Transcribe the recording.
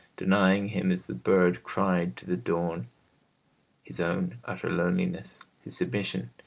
denying him as the bird cried to the dawn his own utter loneliness, his submission,